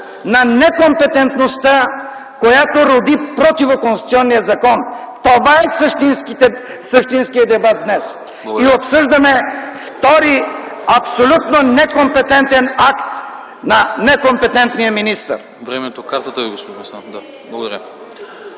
на некомпетентността, която роди противоконституционния закон. Това е същинският дебат днес. И обсъждаме втори, абсолютно некомпетентен акт, на некомпетентния министър. ПРЕДСЕДАТЕЛ АНАСТАС АНАСТАСОВ: Благодаря.